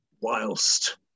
Whilst